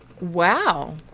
Wow